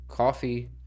Coffee